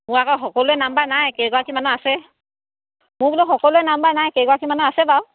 মোৰ আকৌ সকলোৱে নাম্বাৰ নাই কেইগৰাকীমানৰ আছে মোৰ বোলো সকলোৱে নাম্বাৰ নাই কেইগৰাকীমানৰ আছে বাও